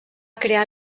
crear